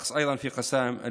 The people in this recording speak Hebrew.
כך היה גם באל-מכסור, )